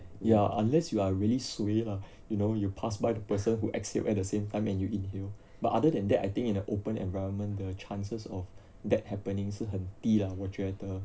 ya unless you are really suay lah you know you pass by the person who exhale at the same time and you inhale but other than that I think in an open environment the chances of that happening 是很低的我觉得